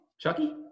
Chucky